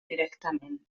directament